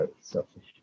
selfish